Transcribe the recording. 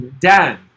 Dan